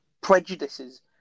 prejudices